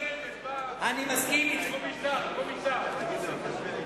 האוצר, שלא קשורה לנושא של היטל המים.